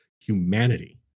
humanity